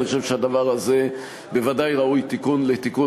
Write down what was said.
אני חושב שהדבר הזה בוודאי ראוי לתיקון,